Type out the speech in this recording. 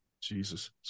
Jesus